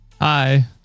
Hi